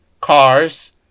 cars